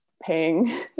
paying